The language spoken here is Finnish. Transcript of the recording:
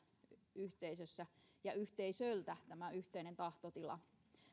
yhteisössä ja yhteisöltä tämä yhteinen tahtotila